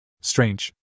Strange